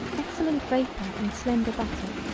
excellent vapor and slender butter,